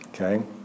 Okay